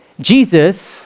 Jesus